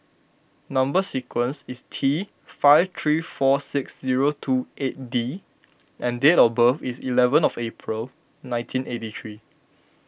Number Sequence is T five three four six zero two eight D and date of birth is eleven of April nineteen eighty three